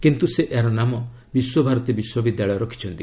କିନ୍ତୁ ସେ ଏହାର ନାମ ବିଶ୍ୱଭାରତୀ ବିଶ୍ୱବିଦ୍ୟାଳୟ ରଖିଛନ୍ତି